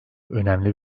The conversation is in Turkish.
önemli